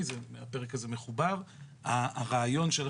להגיד שהממשלה לא רוצה לשווק, זו אמירה לא